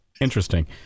interesting